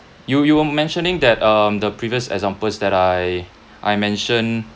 you you were mentioning that um the previous examples that I I mentioned